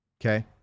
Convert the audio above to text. okay